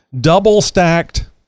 double-stacked